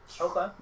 Okay